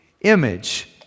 image